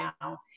now